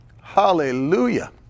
Hallelujah